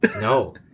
No